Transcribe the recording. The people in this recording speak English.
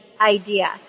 idea